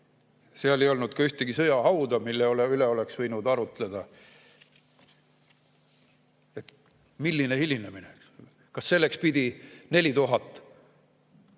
seal ei olnud ka ühtegi sõjahauda, mille üle oleks võinud arutleda. Milline hilinemine! Kas selleks pidi 4000